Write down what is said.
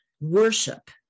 worship